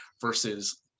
versus